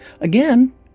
Again